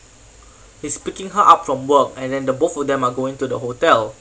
he's picking her up from work and then the both of them are going to the hotel